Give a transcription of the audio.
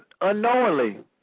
unknowingly